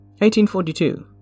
1842